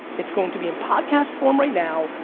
it's going to be in podcast form right now.